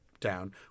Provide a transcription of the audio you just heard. Down